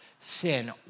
Sin